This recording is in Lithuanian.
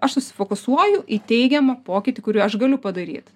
aš susifokusuoju į teigiamą pokytį kurį aš galiu padaryti